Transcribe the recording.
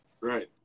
Right